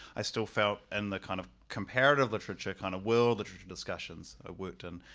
i still felt. and the kind of comparative literature kind of world literature discussions i worked and